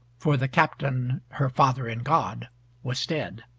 for the captain her father in god was dead.